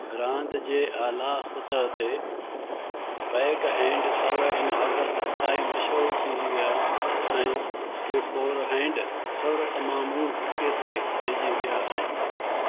रांदि जे आला सतह ते बैकहैंड सर्व इन हद ताईं मशहूरु थी विया आहिनि की फोरहैंड सर्व तमामु पुठिए ते पइजी विया आहिनि